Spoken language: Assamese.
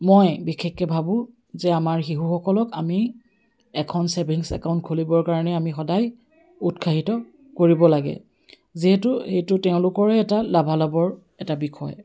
মই বিশেষকৈ ভাবোঁ যে আমাৰ শিশুসকলক আমি এখন ছেভিংছ একাউণ্ট খুলিবৰ কাৰণে আমি সদায় উৎসাহিত কৰিব লাগে যিহেতু সেইটো তেওঁলোকৰে এটা লাভালাভৰ এটা বিষয়